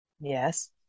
Yes